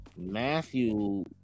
Matthew